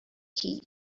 key